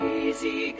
easy